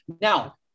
Now